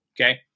okay